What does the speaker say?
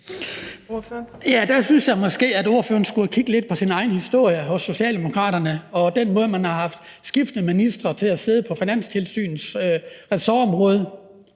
Der synes jeg måske, at ordføreren skulle have kigget lidt på sin egen historie hos Socialdemokraterne og den måde, hvorpå man har haft skiftende ministre til at sidde på Finanstilsynets ressortområde.